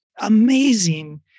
amazing